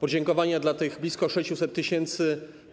Podziękowania dla tych blisko 600 tys.